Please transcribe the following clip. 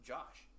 Josh